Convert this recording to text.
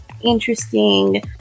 interesting